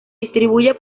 distribuye